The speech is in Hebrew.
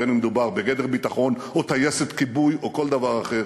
בין שמדובר בגדר ביטחון או בטייסת כיבוי או בכל דבר אחר.